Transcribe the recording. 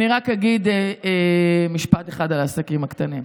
אני רק אגיד משפט אחד על העסקים הקטנים: